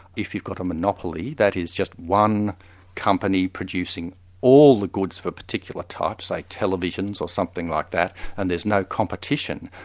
if you've got a monopoly, that is, just one company producing all the goods of a particular type, say televisions or something like that, and there's no competition,